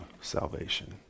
salvation